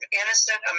innocent